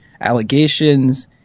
allegations